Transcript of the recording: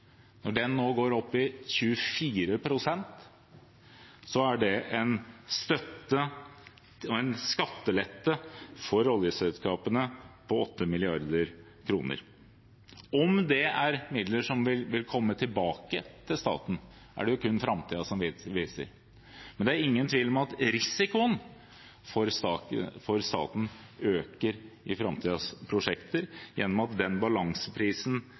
Når den nå går opp i 24 pst., er det en støtte og en skattelette for oljeselskapene på 8 mrd. kr. Om det er midler som vil komme tilbake til staten, er det kun framtiden som vil vise, men det er ingen tvil om at risikoen for staten øker i framtidens prosjekter, gjennom at den balanseprisen selskapene vil kreve for å være lønnsomme, vil være langt lavere enn den balanseprisen